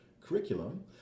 curriculum